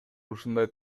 ушундай